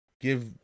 Give